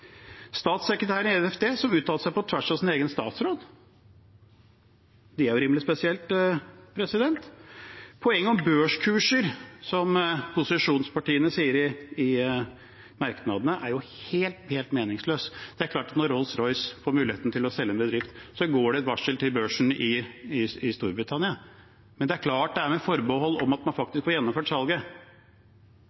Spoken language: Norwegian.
Statssekretæren i NFD uttalte seg på tvers av sin egen statsråd. Det er rimelig spesielt. Poenget om børskurser som posisjonspartiene har i merknadene, er helt, helt meningsløst. Når Rolls-Royce får muligheten til å selge en bedrift, går det et varsel til børsen i Storbritannia, men det er klart det er med forbehold om at man